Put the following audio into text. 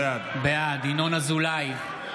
בעד ינון אזולאי,